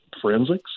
forensics